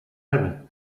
álbum